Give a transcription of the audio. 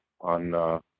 on –